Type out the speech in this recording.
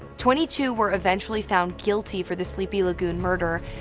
twenty two were eventually found guilty for the sleepy lagoon murder,